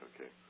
Okay